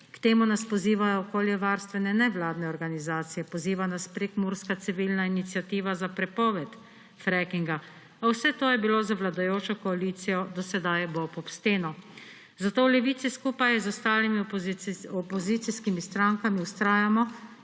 K temu nas pozivajo okoljevarstvene nevladne organizacije, poziva nas prekmurska civilna iniciativa za prepoved frackinga, pa vse to je bilo za vladajočo koalicijo do sedaj bob ob steno. Zato v Levici skupaj z ostalimi opozicijskimi strankami vztrajamo